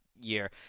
year